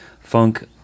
Funk